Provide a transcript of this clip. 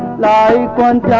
nine one